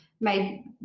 made